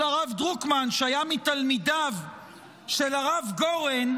הרב דרוקמן שהיה מתלמידיו של הרב גורן,